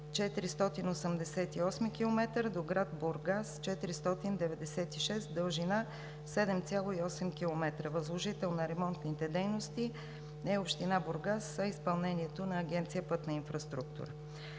488 км до град Бургас – 496 км, с дължина 7,8 км. Възложител на ремонтните дейности е община Бургас, а изпълнението на Агенция „Пътна инфраструктура“.